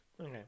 Okay